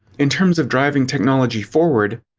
in terms of driving technology forward,